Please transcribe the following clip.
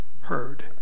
heard